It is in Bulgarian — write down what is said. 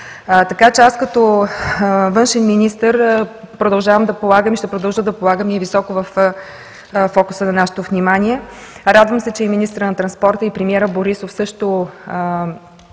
Така че аз като външен министър полагам и ще продължа да полагам усилия, високо във фокуса на нашето внимание. Радвам се, че и министърът на транспорта, и премиерът Борисов също